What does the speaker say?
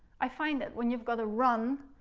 i find that, when you've got a run,